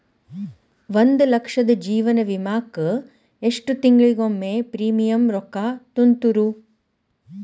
ಒಂದ್ ಲಕ್ಷದ ಜೇವನ ವಿಮಾಕ್ಕ ಎಷ್ಟ ತಿಂಗಳಿಗೊಮ್ಮೆ ಪ್ರೇಮಿಯಂ ರೊಕ್ಕಾ ತುಂತುರು?